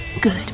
Good